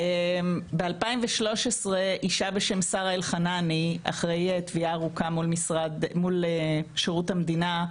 ב-2013 אישה בשם שרה אלחנני אחרי תביעה ארוכה מול שירות המדינה,